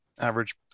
average